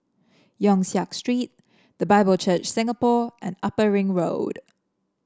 Yong Siak Street The Bible Church Singapore and Upper Ring Road